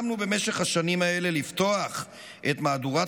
במשך השנים האלה חלמנו לפתוח את מהדורת